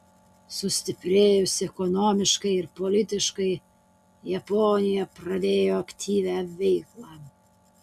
sustiprėjusi ekonomiškai ir politiškai japonija pradėjo aktyvią veiklą